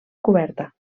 coberta